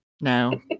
no